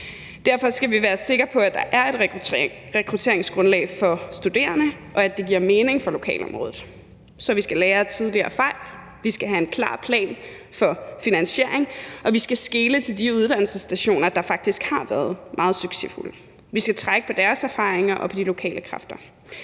Derfor skal vi være sikre på, at der er et rekrutteringsgrundlag for studerende, og at det giver mening for lokalområdet. Så vi skal lære af tidligere fejl, vi skal have en klar plan for finansieringen, og vi skal skele til de uddannelsesinstitutioner, der faktisk har været meget succesfulde. Vi skal trække på deres erfaringer og på de lokale kræfter.